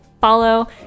follow